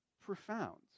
profound